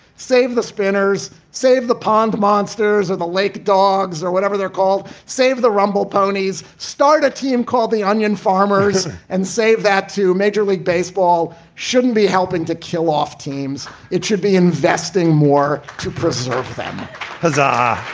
save the spinners, save the pond, monsters of the lake, dogs or whatever they're called. save the rumble ponies. start a team called the onion farmers and save that to major league baseball shouldn't be helping to kill off teams. it should be investing more to preserve them as ah a